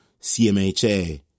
CMHA